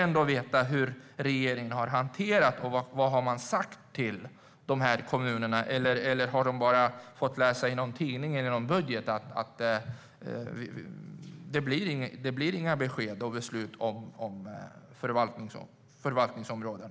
Har regeringen sagt något till dessa kommuner? Eller har de fått läsa i en tidning eller i en budget att det inte blir några beslut om förvaltningsområden?